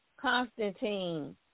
Constantine